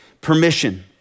permission